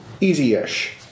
easy-ish